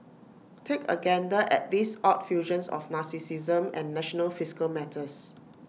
take A gander at these odd fusions of narcissism and national fiscal matters